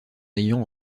ayant